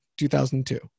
2002